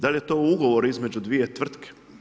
Da li je to ugovor između dvije tvrtke?